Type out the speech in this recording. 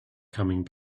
coming